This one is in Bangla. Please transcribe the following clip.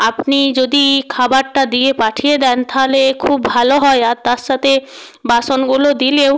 আপনি যদি খাবারটা দিয়ে পাঠিয়ে দেন তাহলে খুব ভালো হয় আর তার সাথে বাসনগুলো দিলেও